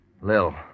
Lil